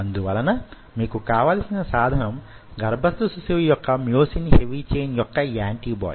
అందువలన మీకు కావలసిన సాధనం గర్భస్థ శిశువు యొక్క మ్యోసిన్ హెవీ ఛైన్ యొక్క యాంటిబాడి